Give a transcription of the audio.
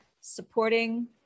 supporting